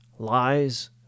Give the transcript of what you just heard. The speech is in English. lies